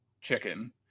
chicken